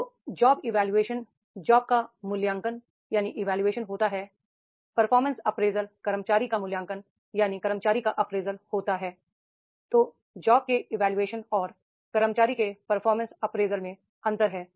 तो job evolution job का मूल्यांकन इवोल्यूशन होता है परफॉर्मेंस अप्रेजल कर्मचारी का मूल्यांकन अप्रेजल होता है तो जॉब के इवोल्यूशन और कर्मचारी के परफॉर्मेंस अप्रेजल में अंतर है